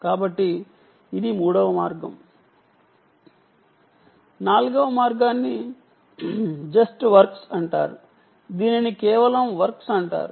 కాబట్టి ఇది మూడవ మార్గం నాల్గవ మార్గాన్ని జస్ట్ వర్క్స్ అంటారు దీనిని కేవలం వర్క్స్ అంటారు